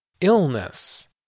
Illness